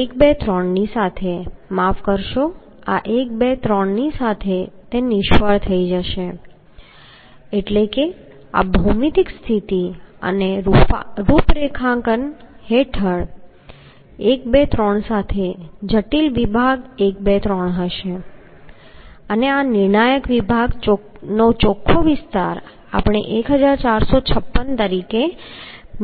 તેથી 1 2 3 ની સાથે માફ કરશો આ 1 2 3 ની સાથે તે નિષ્ફળ જશે એટલે આ ભૌમિતિક સ્થિતિ અને રૂપરેખાંકન હેઠળ 1 2 3 સાથે જટિલ વિભાગ 1 2 3 હશે અને આ નિર્ણાયક વિભાગ ચોખ્ખો વિસ્તાર આપણે 1456 તરીકે